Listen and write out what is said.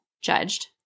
judged